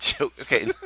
Okay